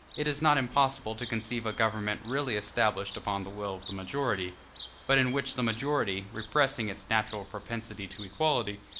it is not impossible to conceive a government really established upon the will of the majority but in which the majority, repressing its natural propensity to equality,